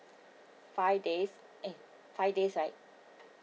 five days eh five days right